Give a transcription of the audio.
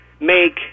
make